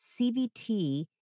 CBT